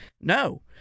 No